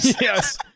Yes